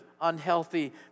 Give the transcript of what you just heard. unhealthy